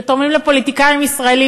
שתורמים לפוליטיקאים ישראלים,